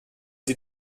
sie